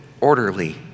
orderly